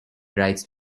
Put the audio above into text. rights